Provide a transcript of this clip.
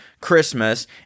Christmas